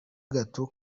gato